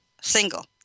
single